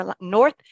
North